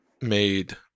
made